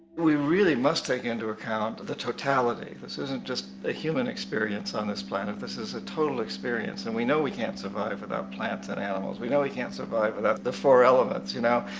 we really must take into account the totality. this isn't just a human experience on this planet, this is a total experience. and we know we can't survive without plants and animals. we know we can't survive without the four elements, you know?